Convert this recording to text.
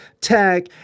tech